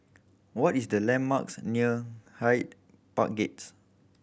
what is the landmarks near Hyde Park Gates